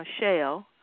Michelle